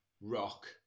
rock